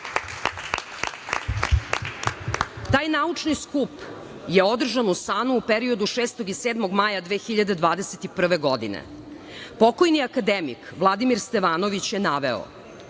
naučni skup je održan u SANU u periodu 6. i 7. maja 2021. godine. Pokojni akademik Vladimir Stevanović je naveo